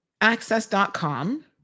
access.com